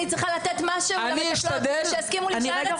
אני צריכה לתת משהו למטפלות שיסכימו להישאר אצלי,